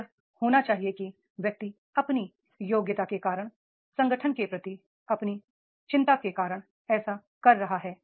यह होना चाहिए कि व्यक्ति अपनी योग्यता के कारण संगठन के प्रति अपनी चिं ता के कारण ऐसा कर रहा है